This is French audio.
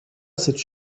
cette